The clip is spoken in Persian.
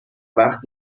وقت